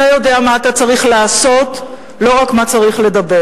אתה יודע מה אתה צריך לעשות, לא רק מה צריך לדבר.